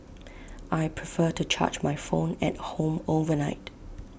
I prefer to charge my phone at home overnight